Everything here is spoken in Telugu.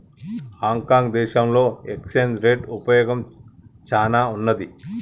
హాంకాంగ్ దేశంలో ఎక్స్చేంజ్ రేట్ ఉపయోగం చానా ఉన్నాది